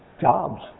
jobs